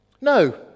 no